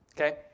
Okay